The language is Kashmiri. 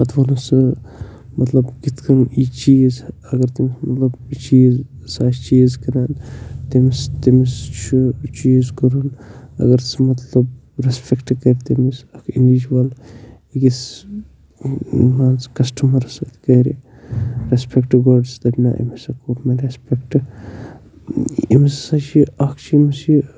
پَتہٕ وَنو سُہ مَطلب کِتھ کٔنۍ یہِ چیٖز اگر تٔمِس مطلب یہِ چیٖز سُہ آسہِ چیٖز کٕنان تٔمِس تٔمِس چھُ یہِ چیٖز کُرُن اگر سُہ مطلب رٮ۪سپٮ۪کٹ کَرِ تٔمِس اَکھ اِنٛڈیٖجوَل أکِس مان ژٕ کسٹمَرَس سۭتۍ کَرِ رٮ۪سپٮ۪کٹ گۄڈٕ سُہ دَپہِ نَہ أمِس ہَسا کوٚر مےٚ رٮ۪سپٮ۪کٹ أمِس ہَسا چھِ اَکھ چھِ أمِس یہِ